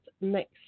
next